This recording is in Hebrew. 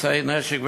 אמצעי נשק ולחימה.